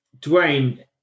Dwayne